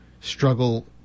struggle